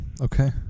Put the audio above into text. okay